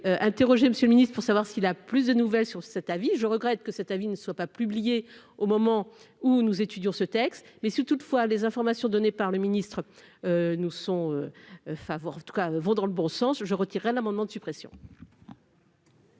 je vais interroger Monsieur le Ministre, pour savoir s'il a plus de nouvelles sur cet avis, je regrette que cet avis ne soit pas publié au moment où nous étudions ce texte mais si toutefois les informer. Sont donnés par le ministre nous sont favorables, tout cas vont dans le bon sens, je retirerai, un amendement de suppression.